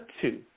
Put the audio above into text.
two